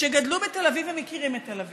שגדלו בתל אביב ומכירים את תל אביב,